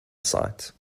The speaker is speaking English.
sight